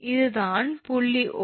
இதுதான் புள்ளி 𝑂